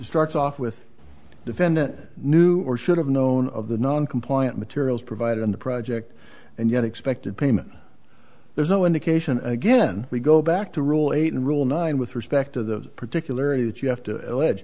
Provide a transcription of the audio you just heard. starts off with the defendant knew or should have known of the non compliant materials provided in the project and yet expected payment there's no indication again we go back to rule eight and rule nine with respect to the particular area that you have to l